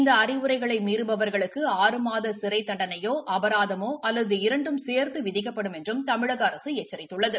இந்த அறிவுரைகளை மீறுபவர்களுக்கு ஆறுமாத சிறை தண்டனையோ அபராதமோ அல்லது இரண்டும் சே்த்து விதிகக்ப்படும் என்று தமிழக அரசு எச்சரித்துள்ளது